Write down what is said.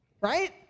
right